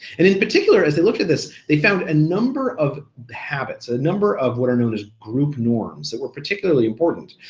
and in particular, as they look at this, they found a number of habits, a number of what are known as group norms that were particularly important.